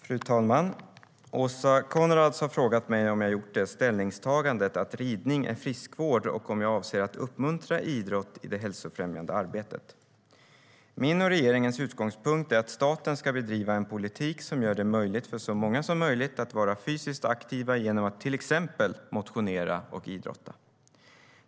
Fru talman! Åsa Coenraads har frågat mig om jag gjort det ställningstagandet att ridning är friskvård och om jag avser att uppmuntra idrott i det hälsofrämjande arbetet. Min och regeringens utgångspunkt är att staten ska bedriva en politik som gör det möjligt för så många som möjligt att vara fysiskt aktiva genom att till exempel motionera och idrotta.